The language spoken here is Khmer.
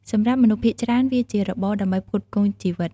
សម្រាប់មនុស្សភាគច្រើន វាជារបរដើម្បីផ្គត់ផ្គង់ជីវិត។